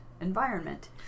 environment